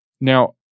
Now